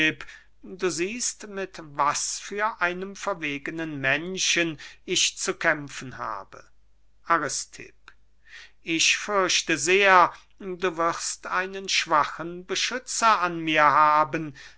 du siehst mit was für einem verwegenen menschen ich zu kämpfen habe aristipp ich fürchte sehr du wirst einen schwachen beschützer an mir haben